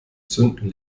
zünden